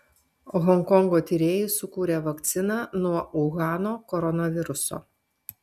honkongo tyrėjai sukūrė vakciną nuo uhano koronaviruso